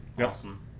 Awesome